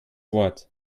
wort